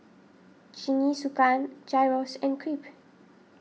Jingisukan Gyros and Crepe